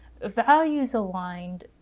values-aligned